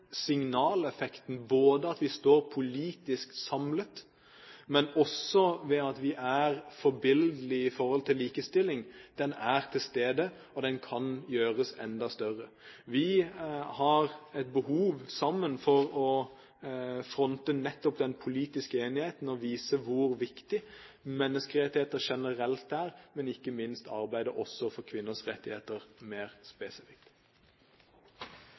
signaleffekten, det at vi både står politisk samlet og også er forbilledlige når det gjelder likestilling, er til stede, og den kan gjøres enda større. Vi har et behov sammen for å fronte nettopp den politiske enigheten og vise hvor viktig menneskerettigheter generelt er, og ikke minst arbeide for kvinners rettigheter mer spesifikt.